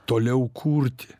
toliau kurti